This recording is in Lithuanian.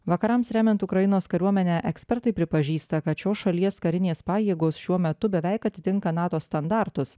vakarams remiant ukrainos kariuomenę ekspertai pripažįsta kad šios šalies karinės pajėgos šiuo metu beveik atitinka nato standartus